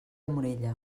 morella